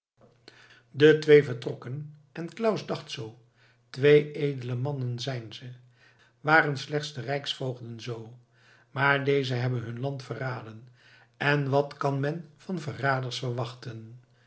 de twee vertrokken en claus dacht zoo twee edele mannen zijn ze waren slechts de rijksvoogden zoo maar deze hebben hun land verraden en wat kan men van verraders verwachten